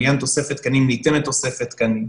לעניין תוספת תקנים ניתנת תוספת תקנים.